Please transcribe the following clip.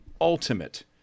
ultimate